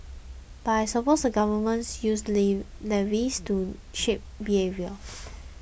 but I suppose the government uses levies to shape behaviour